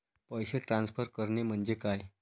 पैसे ट्रान्सफर करणे म्हणजे काय?